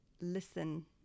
listen